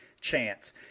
chance